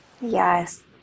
Yes